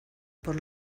por